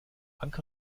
anker